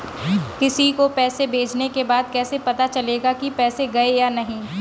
किसी को पैसे भेजने के बाद कैसे पता चलेगा कि पैसे गए या नहीं?